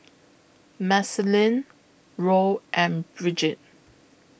Marceline Roe and Brigid